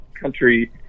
country